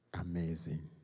amazing